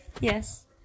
Yes